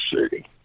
city